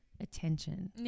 Attention